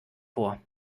vor